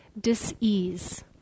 dis-ease